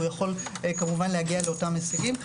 והוא יכול להגיע לאותם הישגים.